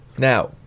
Now